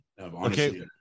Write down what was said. okay